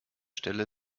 stelle